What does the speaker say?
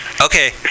Okay